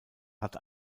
hat